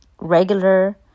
regular